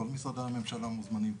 כל משרדי הממשלה מוזמנים,